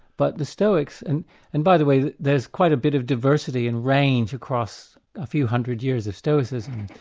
but the stoics, and and by the way, there's quite a bit of diversity and range across a few hundred years of stoicism,